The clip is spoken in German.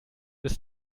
ist